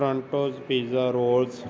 ਟਰਾਂਟੋਜ pizza rolls